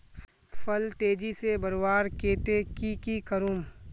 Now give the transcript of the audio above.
फल तेजी से बढ़वार केते की की करूम?